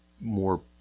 more